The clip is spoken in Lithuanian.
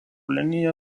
linija